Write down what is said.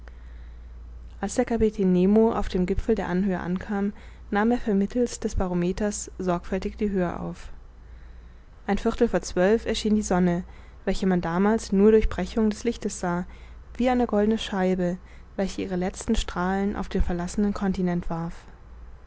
als der kapitän nemo auf dem gipfel der anhöhe ankam nahm er vermittelst des barometers sorgfältig die höhe auf ein viertel vor zwölf erschien die sonne welche man damals nur durch brechung des lichtes sah wie eine goldene scheibe welche ihre letzten strahlen auf den verlassenen continent warf